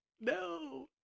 No